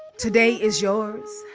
today is yours.